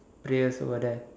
prayers over there